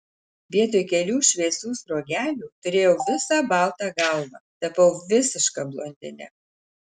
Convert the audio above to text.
vietoj kelių šviesių sruogelių turėjau visą baltą galvą tapau visiška blondine